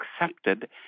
accepted